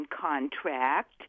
contract